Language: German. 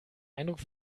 eindruck